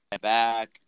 back